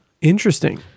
Interesting